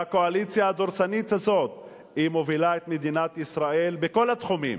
והקואליציה הדורסנית הזאת היא מובילה את מדינת ישראל בכל התחומים,